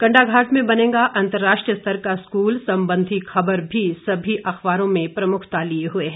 कंडाघाट में बनेगा अंतरराष्ट्रीय स्तर का स्कूल संबंधी खबर भी सभी अखबारों में प्रमुखता लिए हुए है